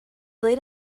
late